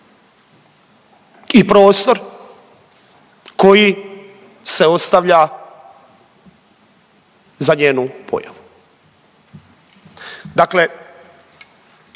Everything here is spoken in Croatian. i prostor koji se ostavlja za njenu pojavu. Dakle